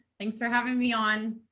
thanks for having me on.